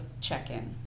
check-in